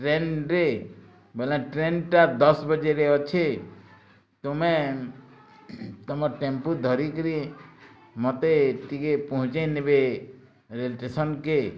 ଟ୍ରେନ୍ରେ ବୋଇଲେ ଟ୍ରେନ୍ଟା ଦଶ୍ବଜେରେ ଅଛି ତୁମେ ତମ ଟେମ୍ପୁ ଧରିକିରି ମତେ ଟିକେ ପହଁଞ୍ଚେଇନେବେେ ରେଲ୍ ଷ୍ଟେସନ୍କେ